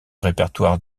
répertoire